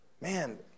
Man